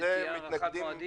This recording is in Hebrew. שתהיה הארכת מועדים?